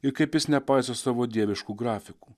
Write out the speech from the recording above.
ir kaip jis nepaiso savo dieviškų grafikų